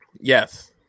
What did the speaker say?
Yes